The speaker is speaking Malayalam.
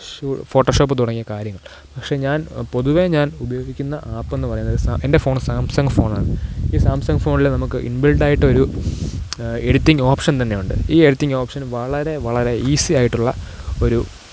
ഷൂ ഫോട്ടോഷോപ്പ് തുടങ്ങിയ കാര്യങ്ങൾ പക്ഷേ ഞാൻ പൊതുവേ ഞാൻ ഉപയോഗിക്കുന്ന ആപ്പെന്നു പറയുന്നത് സ എൻ്റെ ഫോണ് സാംസങ് ഫോണാണ് ഈ സാംസങ് ഫോണിൽ നമുക്ക് ഇൻബിൾഡായിട്ടൊരു എഡിറ്റിംഗ് ഓപ്ഷൻ തന്നെയുണ്ട് ഈ എഡിറ്റിംഗ് ഓപ്ഷൻ വളരെ വളരെ ഈസി ആയിട്ടുള്ള ഒരു